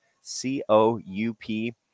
C-O-U-P